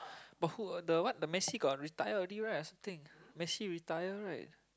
but who the what the who Messi got retired already right I think Messi retired right